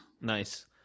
Nice